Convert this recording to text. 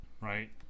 right